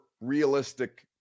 realistic